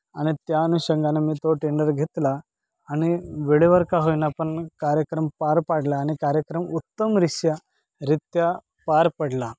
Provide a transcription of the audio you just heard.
आणि त्या अनुषंगानं मी तो टेंडर घेतला आणि वेळेवर का होईना पण कार्यक्रम पार पाडला आणि कार्यक्रम उत्तम रीष्या रित्या पार पडला